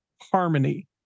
Harmony